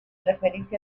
referirse